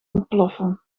ontploffen